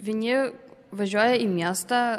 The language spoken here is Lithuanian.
vieni važiuoja į miestą